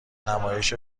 نمایش